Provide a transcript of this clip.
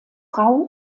frau